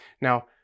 Now